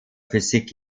physik